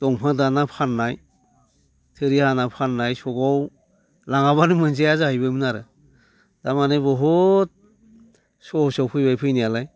दंफां दानना फाननाय थोरि हाना फाननाय सखआव लाङाबानो मोनजाया जाहैबायमोन आरो दा माने बहुद सहजाव फैबाय फैनायालाय